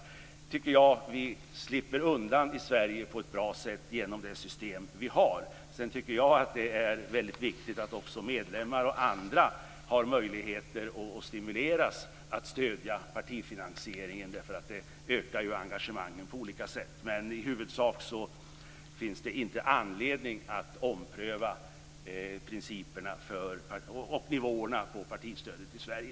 Det tycker jag att vi slipper undan i Sverige på ett bra sätt genom det system vi har. Sedan tycker jag att det är viktigt att medlemmar och andra har möjligheter och stimuleras att stödja partifinansieringen. Det ökar engagemanget på olika sätt. Men i huvudsak finns det inte anledning att ompröva principerna och nivåerna för partistödet i Sverige.